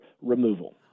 removal